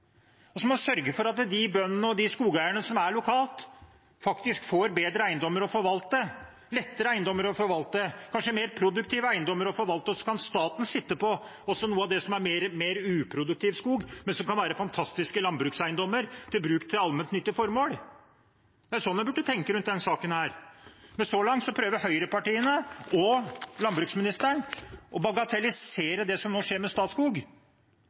og så må man sørge for at de bøndene og de skogeierne som er lokalt, faktisk får bedre eiendommer å forvalte, lettere eiendommer å forvalte og kanskje mer produktive eiendommer å forvalte. Så kan staten sitte på noe av det som er mer uproduktiv skog, men som kan være fantastiske landbrukseiendommer til bruk til allmennyttige formål. Det er sånn en burde tenke rundt denne saken. Men så langt prøver høyrepartiene og landbruksministeren å bagatellisere det som nå skjer med Statskog.